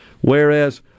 Whereas